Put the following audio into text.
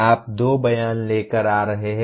आप दो बयान लेकर आ रहे हैं